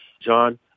John